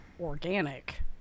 organic